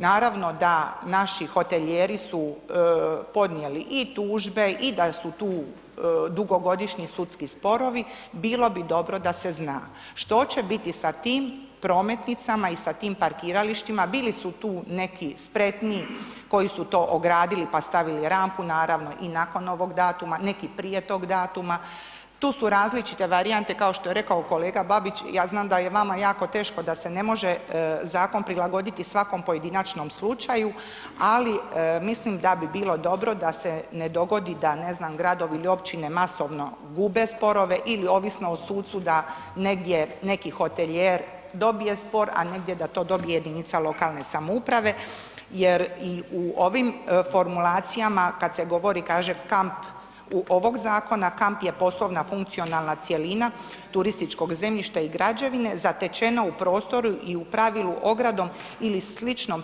Naravno da naši hotelijeri su podnijeli i tužbe i da su tu dugogodišnji sudski sporovi, bilo bi dobro da se zna što će biti sa tim prometnicama i sa tim parkiralištima, bili su tu neki spretniji koji su to ogradili, pa stavili rampu naravno i nakon ovog datuma, neki prije tog datuma, tu su različite varijante kao što je rekao kolega Babić, ja znam da je vama jako teško da se ne može zakon prilagoditi svakom pojedinačnom slučaju, ali mislim da bi bilo dobro da se ne dogodi da, ne znam, da gradovi ili općine masovno gube sporove ili ovisno o sucu da negdje neki hotelijer dobije spor, a negdje da to dobije jedinica lokalne samouprave jer i u ovim formulacijama kad se govori kaže kamp u ovog zakona, kamp je poslovna funkcionalna cjelina turističkog zemljišta i građevine zatečena u prostoru i u pravilu ogradom ili sličnom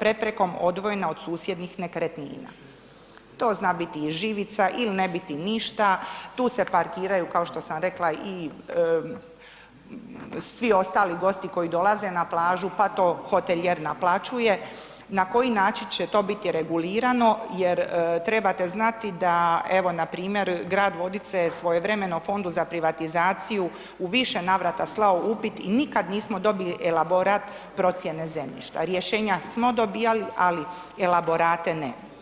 preprekom odvojena od susjednih nekretnina, to zna biti i živica il ne biti ništa, tu se parkiraju, kao što sam rekla i svi ostali gosti koji dolaze na plažu, pa to hotelijer naplaćuje, na koji način će to biti regulirano jer trebate znati da evo npr. grad Vodice je svojevremeno Fondu za privatizaciju u više navrata slao upit i nikad nismo dobili elaborat procijene zemljišta, rješenja smo dobijali, ali elaborate ne.